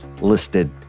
listed